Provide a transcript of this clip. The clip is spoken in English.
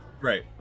Right